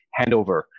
handover